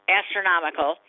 astronomical